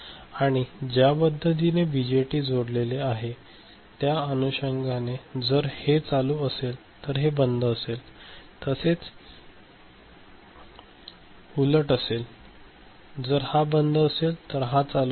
आणि ज्या पद्धतीने बीजेटी जोडलेले आहे त्या अनुषंघाने जर हे चालू असेल तर ते बंद असेल तसेच आणि उलट असेल जर हा बंद असेल तर हा चालू असेल